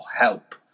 help